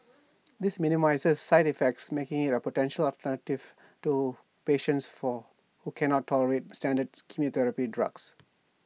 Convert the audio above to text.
this minimises side effects making IT A potential alternative to patients for who cannot tolerate standard chemotherapy drugs